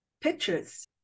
pictures